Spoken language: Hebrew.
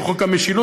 שהוא חוק המשילות,